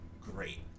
Great